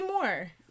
more